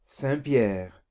Saint-Pierre